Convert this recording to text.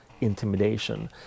intimidation